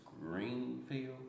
Greenfield